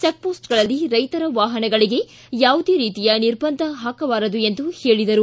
check ಪೋಸ್ಟ್ಗಳಲ್ಲಿ ರೈತರ ವಾಹನಗಳಗೆ ಯಾವುದೇ ರೀತಿಯ ನಿರ್ಬಂಧ ಹಾಕಬಾರದು ಎಂದು ಹೇಳಿದರು